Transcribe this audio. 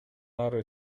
ары